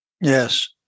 Yes